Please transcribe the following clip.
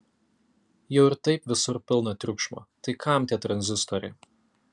jau ir taip visur pilna triukšmo tai kam tie tranzistoriai